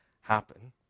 happen